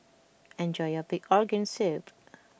enjoy your Pig Organ Soup